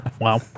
Wow